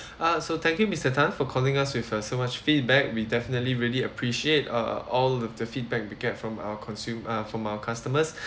uh so thank you mister tan for calling us with uh so much feedback we definitely really appreciate uh all of the feedback we get from our consume~ uh from our customers